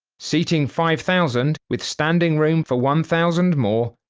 seating five thousand with standing room for one thousand more,